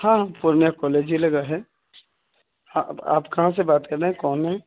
ہاں پورنیہ کالج ہی لگا ہے ہاں آپ کہاں سے بات کر رہے ہیں کون ہیں